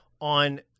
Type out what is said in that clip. on